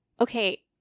okay